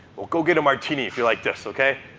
well, go get a martini if you're like this, ok?